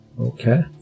okay